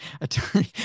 attorney